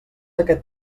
aquest